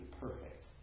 perfect